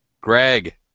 Greg